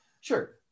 sure